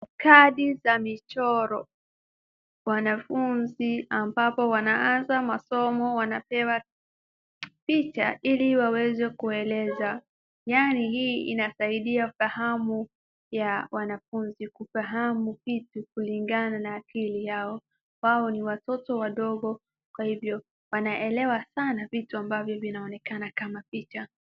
Kadi za michoro, wanafunzi ambapo wanaanza masomo wanapewa picha ili waweze kueleza. Yaani hii inasaidia fahamu ya wanafunzi kufahamu vitu kulingana na akili yao. Wao ni watoto wadogo. Kwa hivyo, wanaelewa sana vitu ambavyo vinaonekana kama picha.